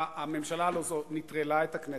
הממשלה הזאת הלוא נטרלה את הכנסת.